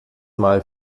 mal